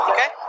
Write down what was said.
Okay